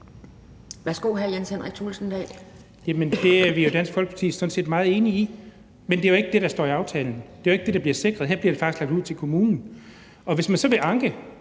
Kl. 10:30 Jens Henrik Thulesen Dahl (DF): Jamen det er vi i Dansk Folkeparti sådan set meget enige i, men det er jo ikke det, der står i aftalen, det er jo ikke det, der bliver sikret. Her bliver det faktisk lagt ud til kommunen. Hvis man så vil anke